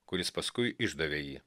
kuris paskui išdavė jį